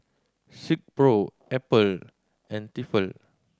Silkpro Apple and Tefal